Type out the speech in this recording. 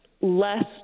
less